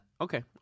Okay